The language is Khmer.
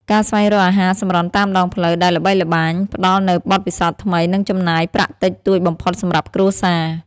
ការស្វែងរកអាហារសម្រន់តាមដងផ្លូវ ដែលល្បីល្បាញ ផ្តល់នូវបទពិសោធន៍ថ្មី និងចំណាយប្រាក់តិចតួចបំផុតសម្រាប់គ្រួសារ។